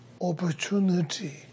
opportunity